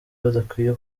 badakwiye